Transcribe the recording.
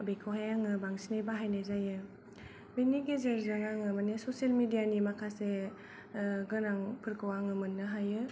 बेखौहाय आङो बांसिनै बाहायनाय जायो बेनि गेजेरजों आङो माने ससेल मिदियानि माखासे गोनांफोरखौ आङो मोननो हायो